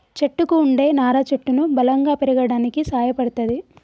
చెట్టుకు వుండే నారా చెట్టును బలంగా పెరగడానికి సాయపడ్తది